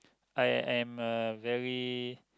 I am uh very